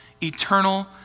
eternal